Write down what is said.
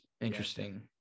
interesting